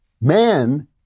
Man